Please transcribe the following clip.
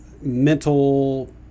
mental